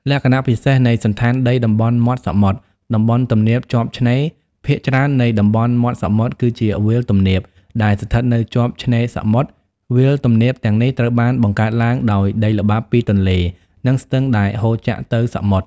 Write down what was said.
លក្ខណៈពិសេសនៃសណ្ឋានដីតំបន់មាត់សមុទ្រតំបន់ទំនាបជាប់ឆ្នេរ ភាគច្រើននៃតំបន់មាត់សមុទ្រគឺជា វាលទំនាប ដែលស្ថិតនៅជាប់ឆ្នេរសមុទ្រ វាលទំនាបទាំងនេះត្រូវបានបង្កើតឡើងដោយដីល្បាប់ពីទន្លេ និងស្ទឹងដែលហូរចាក់ទៅសមុទ្រ។